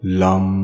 lum